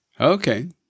Okay